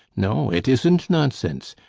no, it isn't nonsense.